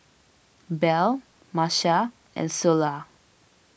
Bell Marcia and Ceola